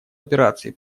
операций